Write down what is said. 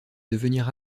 devenir